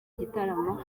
gitaramo